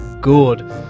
good